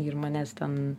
ir manęs ten